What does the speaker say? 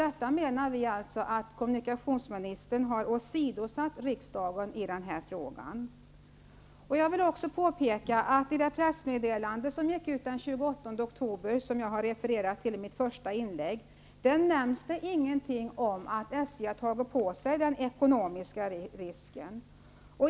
Vi menar att kommunikationsministern i den frågan har åsidosatt riksdagen. I pressmeddelandet från den 28 oktober, som jag refererade till i mitt första inlägg, nämns inget om att SJ hade tagit på sig den ekonomiska risken.